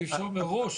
אי אפשר לקבוע מראש